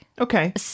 Okay